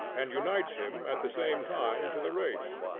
and unites him at the same time to the race.